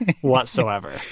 whatsoever